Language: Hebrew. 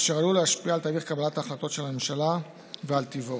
אשר עלול להשפיע על תהליך קבלת ההחלטות של הממשלה ועל טיבו.